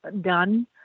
done